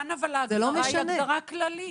אבל כאן ההגדרה היא הגדרה כללית.